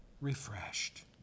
refreshed